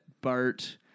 Bart